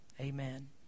amen